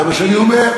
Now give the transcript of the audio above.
זה מה שאני אומר.